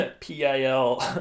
PIL